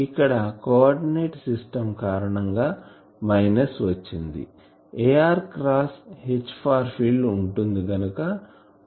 ఇక్కడ coordinate system కారణం గా మైనస్ వచ్చింది ar cross H far field ఉంటుంది గనుక వచ్చింది